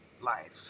life